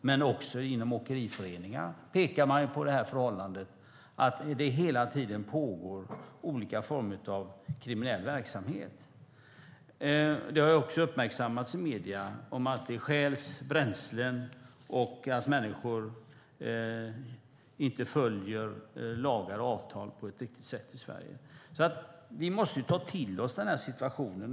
Men också inom åkeriföreningar pekar man på förhållandet att det hela tiden pågår olika former av kriminell verksamhet. Det har uppmärksammats i medierna att det stjäls bränslen och att människor inte följer lagar och avtal på ett riktigt sätt i Sverige. Vi måste ta till oss denna situation.